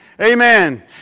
Amen